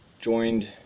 joined